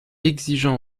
exigeant